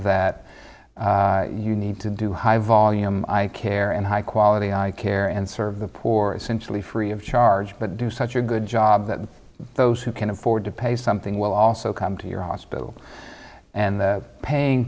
that you need to do high volume i care and high quality i care and serve the poor essentially free of charge but do such a good job that those who can afford to pay something will also come to your hospital and paying